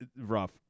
rough